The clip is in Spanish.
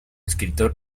escritor